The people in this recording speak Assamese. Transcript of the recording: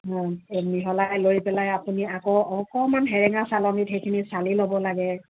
মিহলাই লৈ পেলাই আপুনি আকৌ অকণমান সেৰেঙা চালনিত সেইখিনি চালি ল'ব লাগে